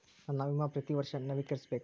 ನನ್ನ ವಿಮಾ ಪ್ರತಿ ವರ್ಷಾ ನವೇಕರಿಸಬೇಕಾ?